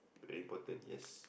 reported yes